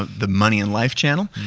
ah the money and life channel.